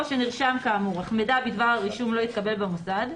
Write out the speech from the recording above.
שנרשם כאמור אך מידע בדבר הרישום לא התקבל במוסד,